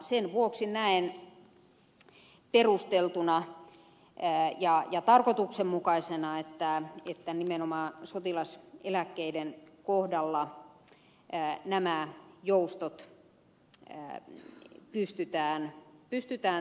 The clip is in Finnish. sen vuoksi näen perusteltuna ja tarkoituksenmukaisena että nimenomaan sotilaseläkkeiden kohdalla nämä joustot pystytään